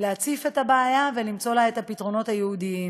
להציף את הבעיה ולמצוא לה את הפתרונות הייעודיים.